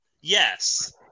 yes